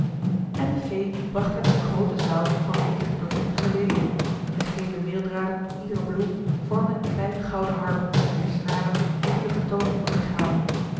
en de fee bracht hem in een groote zaal van witte doorzichtige leliën de gele meeldraden in iedere bloem vormden een kleine gouden harp wier snaren liefelijke tonen van zich gaven